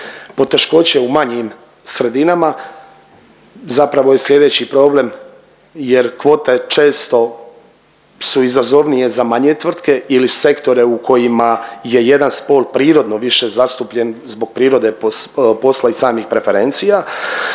Poteškoće u manjim sredinama zapravo je sljedeći problem, jer kvote često su izazovnije za manje tvrtke ili sektore u kojima je jedan spol prirodno više zastupljen zbog prirode posla i samih preferencija